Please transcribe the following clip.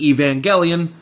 Evangelion